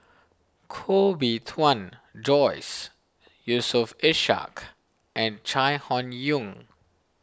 Koh Bee Tuan Joyce Yusof Ishak and Chai Hon Yoong